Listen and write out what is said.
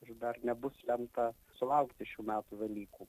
ir dar nebus lemta sulaukti šių metų velykų